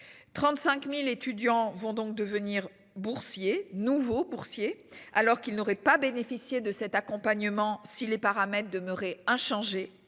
35.000 étudiants vont donc devenir boursier nouveaux boursiers alors qu'il n'aurait pas bénéficié de cet accompagnement si les paramètres demeuré inchangé